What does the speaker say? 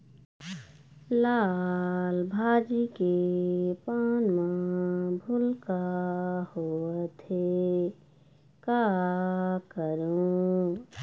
लाल भाजी के पान म भूलका होवथे, का करों?